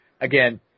again